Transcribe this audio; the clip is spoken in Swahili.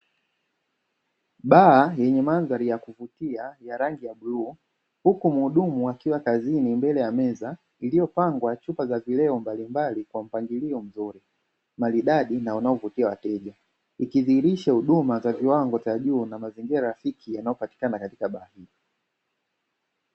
Baa yenye mandhari ya kuvutia ya rangi ya bluu yenye vileo mbalimbali